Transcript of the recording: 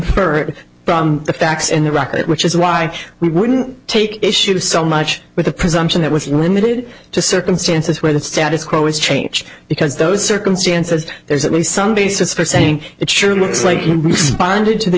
from the facts and the racket which is why we wouldn't take issue so much with a presumption that was limited to circumstances where the status quo is changed because those circumstances there's at least some basis for saying it sure looks like he responded to the